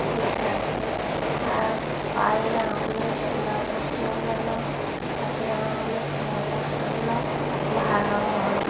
ঠিক থাকে আর পায়ের আঙুলের শিরা উপশিরাগুলোও হাতের আঙুলের শিরা উপশিরাগুলো ভালো হয়